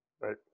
Right